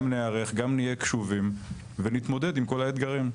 גם ניערך, גם נהיה קשובים ונתמודד עם כל האתגרים.